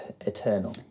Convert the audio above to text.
eternal